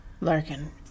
Larkin